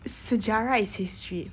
sejarah is history